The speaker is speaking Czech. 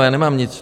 Já nemám nic...